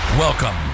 Welcome